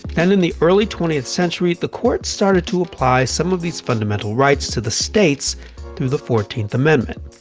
then in the early twentieth century, the court started to apply some of these fundamental rights to the states through the fourteenth amendment,